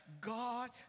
God